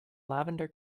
lavender